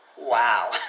Wow